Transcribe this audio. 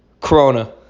corona